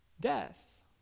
death